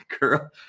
Girl